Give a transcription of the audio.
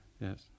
yes